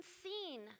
seen